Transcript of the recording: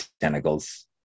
Tentacles